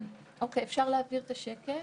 נעבור שקף.